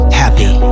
happy